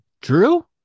drew